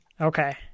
Okay